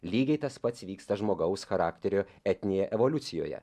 lygiai tas pats vyksta žmogaus charakterio etninėje evoliucijoje